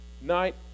night